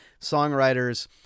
songwriters